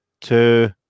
two